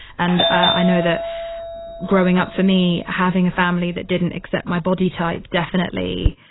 and i know that growing up for me, having a family that didn't accept my body type definitely